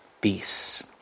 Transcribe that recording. peace